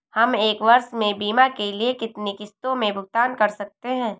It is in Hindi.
हम एक वर्ष में बीमा के लिए कितनी किश्तों में भुगतान कर सकते हैं?